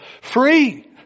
Free